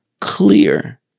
clear